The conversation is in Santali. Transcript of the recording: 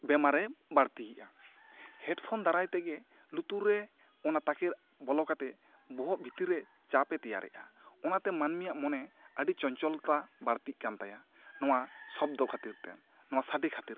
ᱵᱮᱢᱟᱨᱮ ᱵᱟᱹᱲᱛᱤᱭᱮᱜᱼᱟ ᱦᱮᱰᱯᱷᱚᱱ ᱫᱟᱨᱟᱭ ᱛᱮᱜᱮ ᱞᱩᱛᱩᱨ ᱨᱮ ᱚᱱᱟ ᱛᱟᱠᱮᱨ ᱵᱚᱞᱚ ᱠᱟᱛᱮ ᱵᱚᱦᱚᱜ ᱵᱷᱤᱛᱤᱨ ᱨᱮ ᱪᱟᱯ ᱮ ᱛᱮᱭᱟᱨᱮᱜᱼᱟ ᱚᱱᱟᱛᱮ ᱢᱟᱹᱱᱢᱤᱭᱟᱜ ᱢᱚᱱᱮ ᱟᱹᱰᱤ ᱪᱚᱧᱪᱚᱞᱛᱟ ᱵᱟᱹᱲᱛᱤᱜ ᱠᱟᱱ ᱛᱟᱭᱟ ᱱᱚᱣᱟ ᱥᱚᱵᱫᱚ ᱠᱷᱟᱹᱛᱤᱨ ᱛᱮ ᱱᱚᱣᱟ ᱥᱟᱰᱮ ᱠᱷᱟᱹᱛᱤᱨ ᱛᱮ